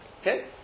Okay